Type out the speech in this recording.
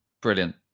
brilliant